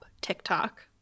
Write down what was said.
TikTok